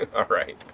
alright.